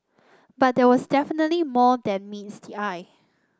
but there was definitely more than meets the eye